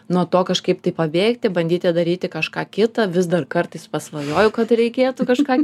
nuo to kažkaip taip pabėgti bandyti daryti kažką kitą vis dar kartais pasvajoju kad reikėtų kažką